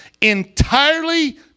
entirely